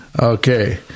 Okay